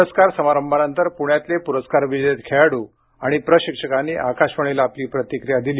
पुरस्कार समारंभानंतर पुण्यातले पुरस्कार विजेते खेळाडू आणि प्रशिक्षकांनी आकाशवाणीला आपली प्रतिक्रिया दिली